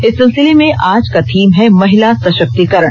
इस सिलसिले में आज का थीम है महिला सशक्तिकरण